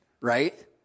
right